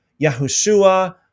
Yahushua